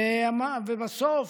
ובסוף,